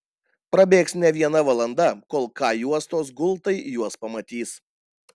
prabėgs ne viena valanda kol k juostos gultai juos pamatys